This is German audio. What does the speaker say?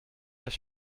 jahr